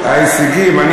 היו לך הרבה הישגים.